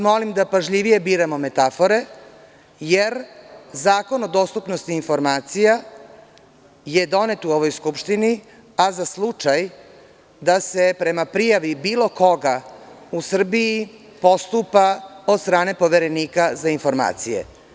Molim vas da pažljivije biramo metafore, jer Zakon o dostupnosti informacija je donet u ovoj skupštini, a za slučaj da se prema prijavi bilo koga u Srbiji postupa od strane poverenika za informacije.